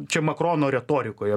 čia makrono retorikoje